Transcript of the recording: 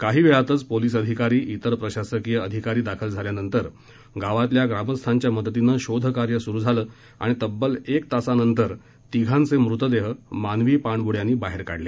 काही वेळातच पोलीस अधिकारी इतर प्रशासकीय अधिकारी दाखल झाल्यानंतर गावातल्या ग्रामस्थांच्या मदतीनं शोधकार्य सुरु झालं आणि तब्बल एक तासानंतर तिघांचे मृतदेह मानवी पाणबुड्यांनी बाहेर काढले